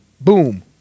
boom